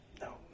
No